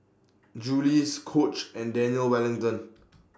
Julie's Coach and Daniel Wellington